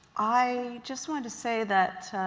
i just wanted to say that